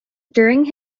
during